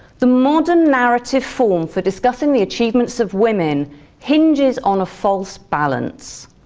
the modern narrative form for discussing the achievements of women hinges on a false balance.